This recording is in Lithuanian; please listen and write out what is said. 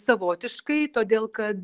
savotiškai todėl kad